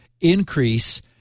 increase